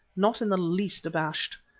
not in the least abashed.